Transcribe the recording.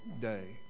day